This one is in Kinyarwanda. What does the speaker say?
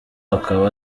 akaba